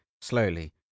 slowly